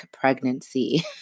pregnancy